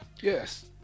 yes